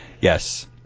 yes